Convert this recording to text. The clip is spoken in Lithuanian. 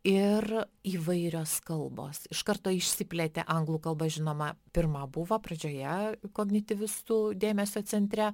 ir įvairios kalbos iš karto išsiplėtė anglų kalba žinoma pirma buvo pradžioje kognityvistų dėmesio centre